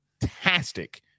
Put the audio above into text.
fantastic